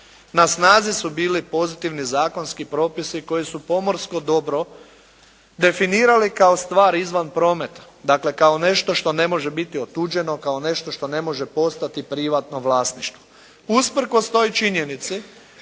na snazi su bili pozitivni zakonski propisi koji su pomorsko dobro definirali kao stvar izvan prometa, dakle kao nešto što ne može biti otuđeno, kao nešto što ne može postati privatno vlasništvo.